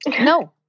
No